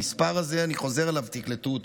המספר הזה, אני חוזר עליו, תקלטו אותו: